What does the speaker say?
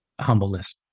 humbleness